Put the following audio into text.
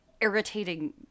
irritating